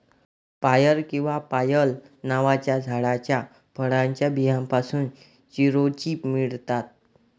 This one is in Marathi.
पायर किंवा पायल नावाच्या झाडाच्या फळाच्या बियांपासून चिरोंजी मिळतात